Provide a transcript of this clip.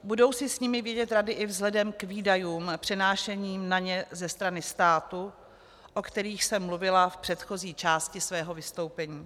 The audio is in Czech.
Budou si s nimi vědět rady i vzhledem k výdajům přenášeným na ně ze strany státu, o kterých jsem mluvila v předchozí části svého vystoupení.